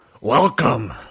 Welcome